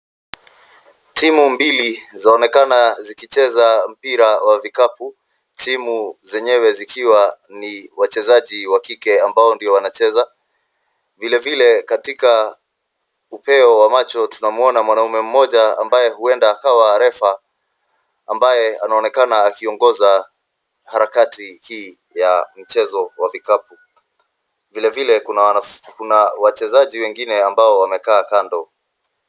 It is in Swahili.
Timu mbili zaonekana zikicheza mpira wa vikapu. Timu zenyewe zikiwa ni wachezaji wa kike ambao ndio wanacheza. Vilevile katika upeo wa macho tunamwona mwanaume mmoja ambaye huenda akawa refa ambaye anaonekana akiongoza harakati hii ya mchezo wa vikapu. Vilevile kuna wachezaji wengine ambao wamekaa kando.